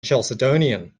chalcedonian